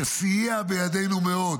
שסייע בידינו מאד